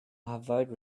avoid